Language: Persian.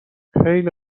خیلی